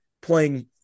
playing